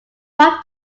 one